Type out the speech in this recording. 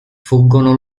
fuggono